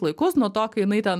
laikus nuo to kai jinai ten